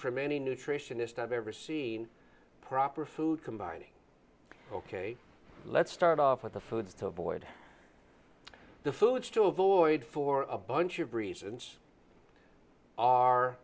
from any nutritionist i've ever seen proper food combining ok let's start off with the foods to avoid the foods to avoid for a bunch of reasons are